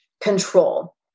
control